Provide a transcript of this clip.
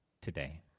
today